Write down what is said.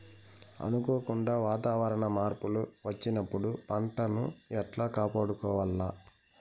అనుకోకుండా వాతావరణ మార్పులు వచ్చినప్పుడు పంటను ఎట్లా కాపాడుకోవాల్ల?